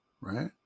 right